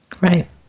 Right